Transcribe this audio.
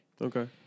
Okay